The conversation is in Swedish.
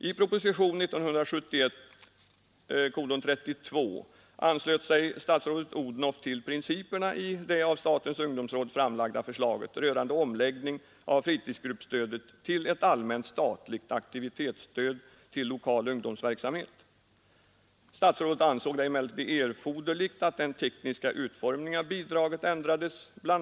I propositionen 32 år 1971 anslöt sig statsrådet Odhnoff till principerna i det av statens ungdomsråd framlagda förslaget rörande omläggning av fritidsgruppsstödet till ett allmänt statligt aktivitetsstöd till lokal ungdomsverksamhet. Statsrådet ansåg det emellertid erforderligt att den tekniska utformningen av bidraget ändrades. BI.